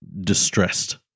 distressed